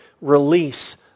release